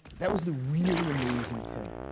that was the really amazing thing.